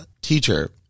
teacher